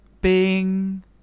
Bing